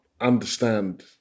understand